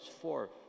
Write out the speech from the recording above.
forth